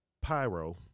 Pyro